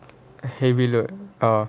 heavy load ah